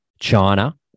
China